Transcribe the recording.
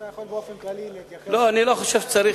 אתה יכול באופן כללי להתייחס, אפשר לפרוטוקול.